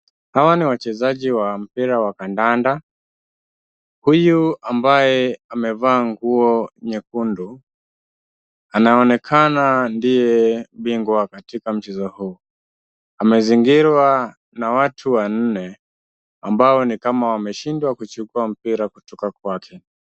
Hawa ni wachezaji wa mpira wa kandanda. Huyu ambaye amevaa nguo nyekundu, anaonekana ndiye bingwa katika mchezo huu. Amezingirwa na watu wanne ambao ni kama wameshindwa kuchukua mpira kutoka kwake.